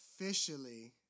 officially